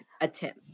attempt